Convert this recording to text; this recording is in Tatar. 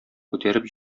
күтәреп